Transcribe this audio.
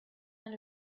and